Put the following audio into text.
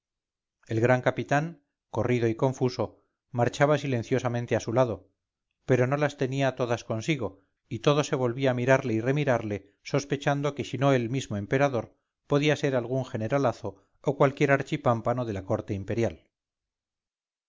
el gran capitán corrido y confuso marchaba silenciosamente a su lado pero no las tenía todas consigo y todo se volvía mirarle y remirarle sospechando que si no el mismo emperador podía ser algún generalazo o cualquier archipámpano de la corte imperial